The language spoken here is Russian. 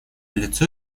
лицо